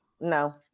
no